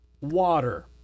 water